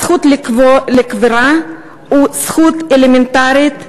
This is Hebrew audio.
הזכות לקבורה היא זכות אלמנטרית,